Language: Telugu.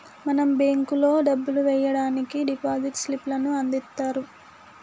మనం బేంకులో డబ్బులు ఎయ్యడానికి డిపాజిట్ స్లిప్ లను అందిత్తుర్రు